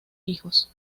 hijos